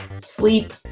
sleep